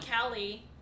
Callie